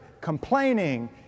complaining